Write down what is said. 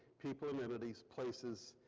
people, entities, places,